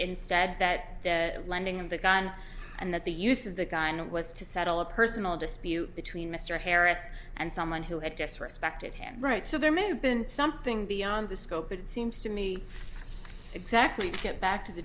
instead that the landing of the gun and that the use of the guy in a was to settle a personal dispute between mr harris and someone who had disrespected him right so there may have been something beyond the scope it seems to me exactly to get back to the